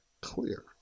clear